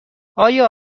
آیا